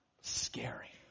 scary